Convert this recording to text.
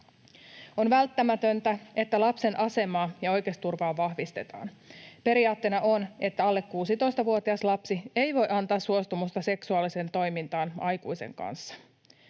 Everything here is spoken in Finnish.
On välttämätöntä, että lapsen asemaa ja oikeusturvaa vahvistetaan. Periaatteena on, että alle 16-vuotias lapsi ei voi antaa suostumusta seksuaaliseen toimintaan aikuisen kanssa.